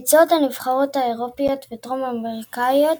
עם זאת, הנבחרות האירופיות והדרום אמריקניות